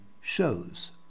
shows